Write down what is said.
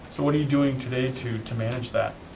so what are you doing today to to manage that?